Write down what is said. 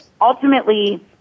ultimately